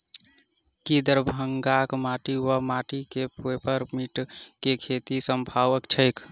की दरभंगाक माटि वा माटि मे पेपर मिंट केँ खेती सम्भव छैक?